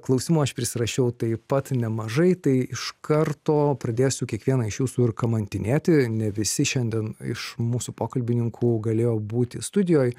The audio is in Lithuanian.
klausimų aš prisirašiau taip pat nemažai tai iš karto pradėsiu kiekvieną iš jūsų ir kamantinėti ne visi šiandien iš mūsų pokalbininkų galėjo būti studijoj